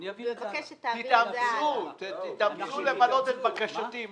תאמצו למלא את בקשתי.